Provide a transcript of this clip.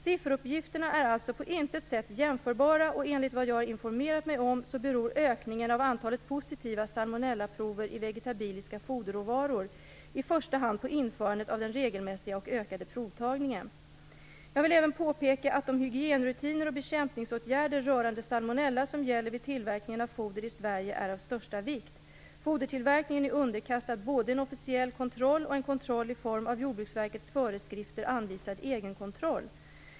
Sifferuppgifterna är alltså på intet sätt jämförbara, och enligt vad jag har informerat mig om beror ökningen av antalet positiva salmonella prover i vegetabiliska foderråvaror i första hand på införandet av den regelmässiga och ökade provtagningen. Jag vill även påpeka att de hygienrutiner och bekämpningsåtgärder rörande salmonella som gäller vid tillverkningen av foder i Sverige är av största vikt. Fodertillverkningen är underkastad både en officiell kontroll och en kontroll i form av i Jordbruksverkets föreskrifter anvisad egenkontroll.